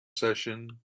session